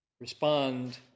respond